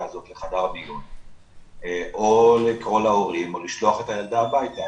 הזאת לחדר מיון או לקרוא להורים או לשלוח את הילדה הביתה,